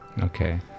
Okay